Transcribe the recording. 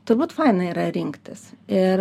turbūt faina yra rinktis ir